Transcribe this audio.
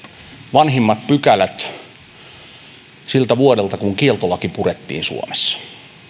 vanhimmat pykälät siltä vuodelta kun kieltolaki purettiin suomessa